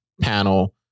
panel